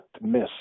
miss